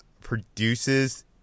produces